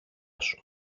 σου